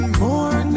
more